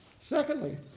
Secondly